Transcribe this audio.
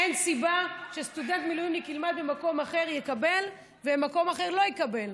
אין סיבה שסטודנט מילואימניק ילמד ובמקום אחד יקבל ובמקום אחר לא יקבל.